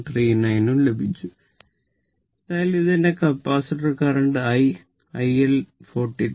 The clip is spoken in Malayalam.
39 ലഭിച്ചു എന്തായാലും ഇത് എന്റെ capacitor current I I L ഇത് 43